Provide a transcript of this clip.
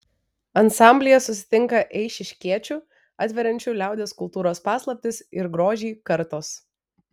ansamblyje susitinka eišiškiečių atveriančių liaudies kultūros paslaptis ir grožį kartos